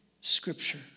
scripture